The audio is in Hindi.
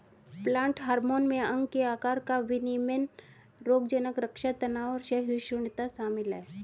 प्लांट हार्मोन में अंग के आकार का विनियमन रोगज़नक़ रक्षा तनाव सहिष्णुता शामिल है